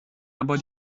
aber